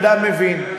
אדם מבין,